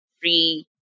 free